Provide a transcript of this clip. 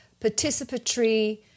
participatory